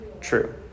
true